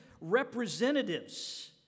representatives